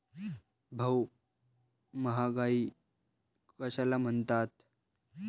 भाऊ, महागाई कशाला म्हणतात?